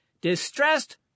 Distressed